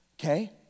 okay